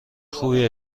خوبی